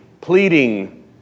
pleading